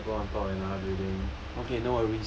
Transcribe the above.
okay then I go on top another building